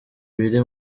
biri